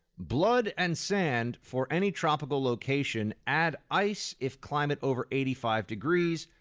blood and sand for any tropical location. add ice if climate over eighty five degrees.